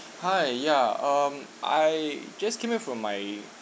hi ya um I just came back from my